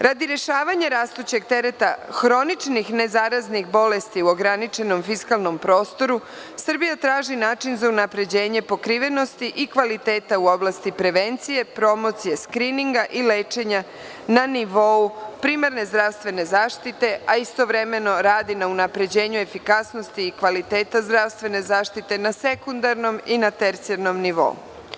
Radi rešavanja rastućeg tereta hroničnih ne zaraznih bolesti u ograničenom fiskalnom prostoru Srbija traži način za unapređenje pokrivenosti i kvaliteta u oblasti prevencije, promocije, skrininga i lečenja na nivou primarne zdravstvene zaštite, a istovremeno radi na unapređenju efikasnosti i kvaliteta zdravstvene zaštite na sekundarnom i tercijalnom nivou.